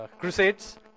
Crusades